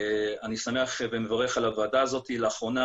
אני שמח ומברך על הוועדה הזאת, לאחרונה